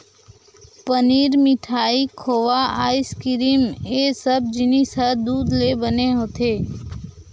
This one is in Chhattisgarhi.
पनीर, मिठाई, खोवा, आइसकिरिम ए सब जिनिस ह दूद ले बने होथे